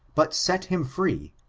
but set him free,